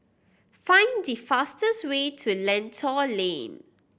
find the fastest way to Lentor Lane